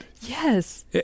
Yes